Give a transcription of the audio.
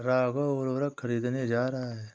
राघव उर्वरक खरीदने जा रहा है